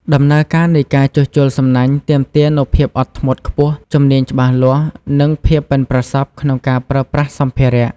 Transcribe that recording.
ដំណើរការនៃការជួសជុលសំណាញ់ទាមទារនូវភាពអត់ធ្មត់ខ្ពស់ ជំនាញច្បាស់លាស់ និងភាពប៉ិនប្រសប់ក្នុងការប្រើប្រាស់សម្ភារៈ។